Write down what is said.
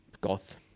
goth